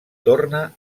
torna